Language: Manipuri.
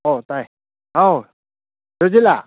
ꯑꯣ ꯇꯥꯏ ꯍꯥꯎ ꯔꯣꯖꯤꯠꯂꯥ